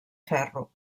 ferro